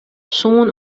sân